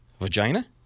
Vagina